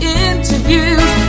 interviews